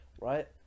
Right